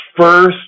first